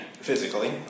physically